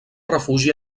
refugi